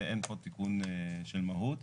זה אין פה תיקון של מהות.